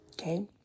okay